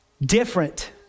different